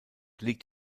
liegt